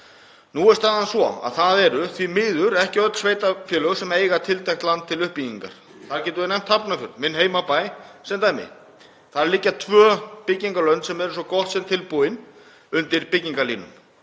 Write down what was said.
Nú er staðan svo að það eru því miður ekki öll sveitarfélög sem eiga tiltækt land til uppbyggingar. Þar getum við nefnt Hafnarfjörð, minn heimabæ, sem dæmi. Þar liggja tvö byggingarlönd sem eru svo gott sem tilbúin undir byggingarlínum.